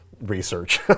research